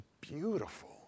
beautiful